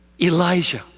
Elijah